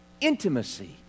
intimacy